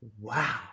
wow